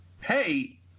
hey